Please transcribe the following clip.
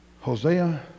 Hosea